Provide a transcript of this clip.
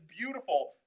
beautiful